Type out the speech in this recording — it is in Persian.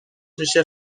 میشه